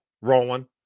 rolling